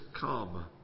come